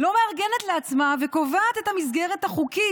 לא מארגנת לעצמה וקובעת את המסגרת החוקית,